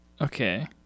Okay